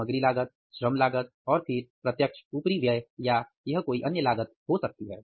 सामग्री लागत श्रम लागत और फिर प्रत्यक्ष ऊपरी व्यय या यह कोई अन्य लागत हो सकती है